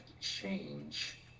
change